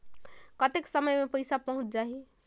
कतेक समय मे पइसा पहुंच जाही?